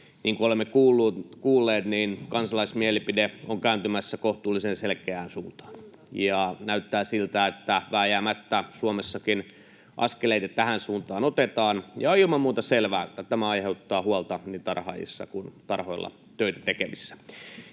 kuin olemme kuulleet, niin kansalaismielipide on kääntymässä kohtuullisen selkeään suuntaan. Näyttää siltä, että vääjäämättä Suomessakin askeleita tähän suuntaan otetaan, ja on ilman muuta selvää, että tämä aiheuttaa huolta niin tarhaajissa kuin tarhoilla töitä tekevissä.